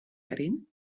erin